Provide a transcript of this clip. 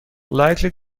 likely